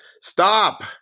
stop